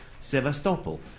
Sevastopol